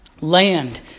Land